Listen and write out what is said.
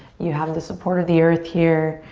you have the support of the earth here,